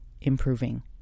improving